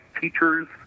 teachers